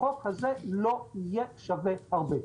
החוק הזה לא יהיה שווה הרבה,